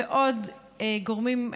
ועוד גורמים.